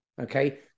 okay